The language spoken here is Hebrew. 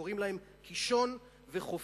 קוראים להם "קישון" ו"חופית".